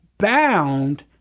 bound